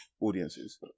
audiences